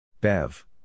Bev